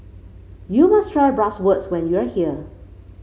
you must try Bratwurst when you are here